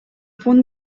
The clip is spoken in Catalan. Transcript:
punt